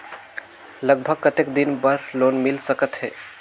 लगभग कतेक दिन बार लोन मिल सकत हे?